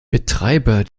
betreiber